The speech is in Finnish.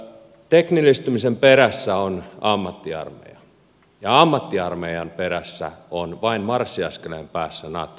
teknillistymisen perässä on ammattiarmeija ja ammattiarmeijan perässä on vain marssiaskeleen päässä nato